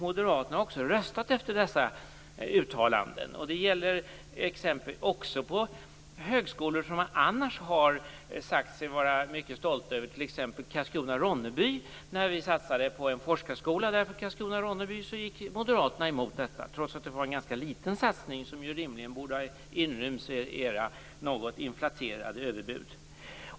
Moderaterna har också röstat efter dessa uttalanden. Det gäller också högskolor som de annars har sagt sig vara mycket stolta över, t.ex. den i Karlskrona Ronneby gick moderaterna emot detta, trots att det var en ganska liten satsning, som rimligen borde ha inrymts i moderaternas något inflaterade överbud.